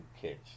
kids